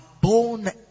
born